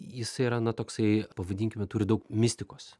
jis yra na toksai pavadinkime turi daug mistikos